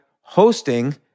hosting